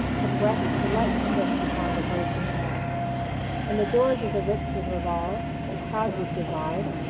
her breath a delightful mist upon the bracing air and the doors of the ritz would revolve, the crowd would divide,